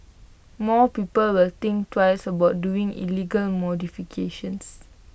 more people will think twice about doing illegal modifications